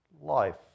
life